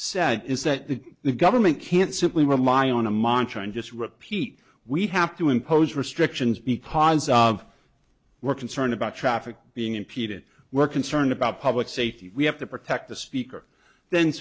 said is that the government can't simply rely on a monitor and just repeat we have to impose restrictions because of we're concerned about traffic being impeded we're concerned about pub safety we have to protect the speaker then